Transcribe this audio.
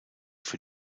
für